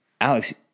Alex